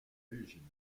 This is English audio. division